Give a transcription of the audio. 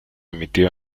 emitió